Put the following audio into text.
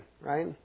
right